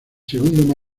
segundo